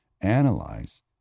analyze